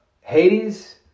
Hades